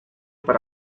per